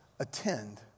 Attend